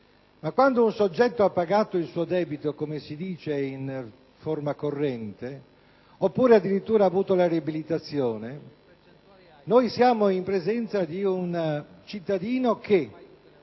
Ma quando un soggetto ha pagato il suo debito - come si dice in forma corrente - o ha avuto addirittura la riabilitazione, siamo in presenza di un cittadino che,